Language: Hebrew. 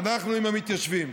אנחנו עם המתיישבים.